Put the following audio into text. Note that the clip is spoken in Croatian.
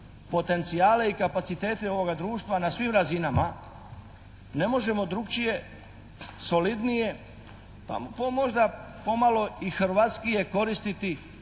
potencijale i kapacitete ovoga društva na svim razinama. Ne možemo drukčije, solidnije pa možda pomalo i hrvatskije koristiti